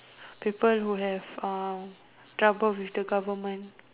people who have uh trouble with the government